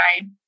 right